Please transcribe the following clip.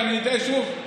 כי אני אטעה שוב,